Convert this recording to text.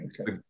Okay